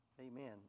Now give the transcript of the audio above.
Amen